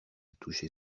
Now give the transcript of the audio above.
toucher